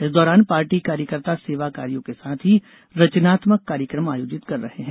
इस दौरान पार्टी कार्यकर्ता सेवा कार्यो के साथ ही रचनात्मक कार्यक्रम आयोजित कर रहे हैं